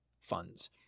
funds